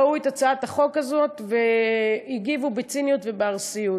ראו את הצעת החוק הזאת והגיבו בציניות ובארסיות,